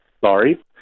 sorry